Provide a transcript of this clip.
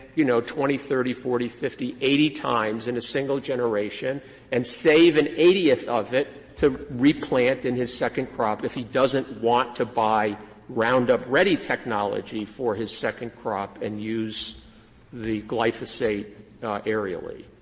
you know, twenty, thirty, forty, fifty, eighty times in a single generation and save one and eightieth of it to replant in his second crop, if he doesn't want to buy roundup ready technology for his second crop and use the glyphosate aerially.